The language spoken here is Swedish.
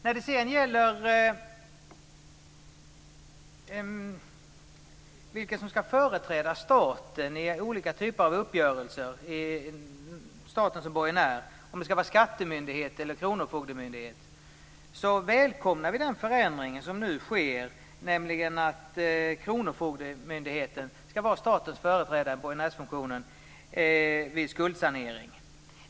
När det sedan gäller vilka som skall företräda staten som borgenär i olika typer av uppgörelser - om det skall vara skattemyndighet eller kronofogdemyndighet - välkomnar vi i Vänsterpartiet den förändring som nu sker. Kronofogdemyndigheten skall vara statens företrädare i borgenärsfunktionen vid skuldsanering.